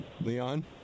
Leon